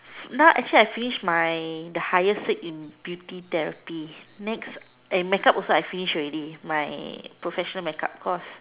now actually I finish my the highest cert in beauty therapy next and makeup also finish already my professional makeup course